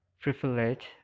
privilege